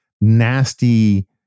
nasty